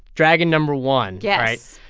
dragon number one. yes. right?